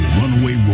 runaway